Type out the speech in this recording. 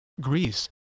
Greece